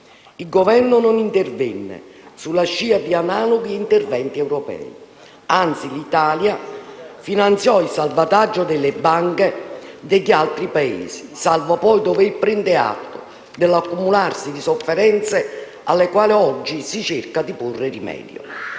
Il Governo non intervenne, sulla scia di analoghi interventi europei. Anzi, l'Italia finanziò il salvataggio delle banche degli altri Paesi, salvo poi dover prendere atto dell'accumularsi di sofferenze alle quali oggi si cerca di porre rimedio.